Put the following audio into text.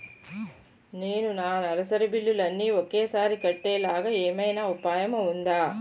నేను నా నెలసరి బిల్లులు అన్ని ఒకేసారి కట్టేలాగా ఏమైనా ఉపాయం ఉందా?